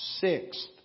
sixth